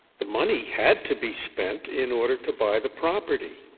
the money had to be spent in order to buy the property.